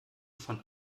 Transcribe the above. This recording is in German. von